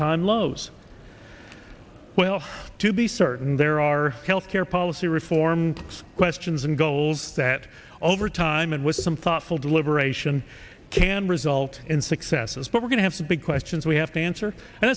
time lows well to be certain there are health care policy reforms questions and goals that over time and with some thoughtful deliberation can result in successes but we're going to have some big questions we have to answer and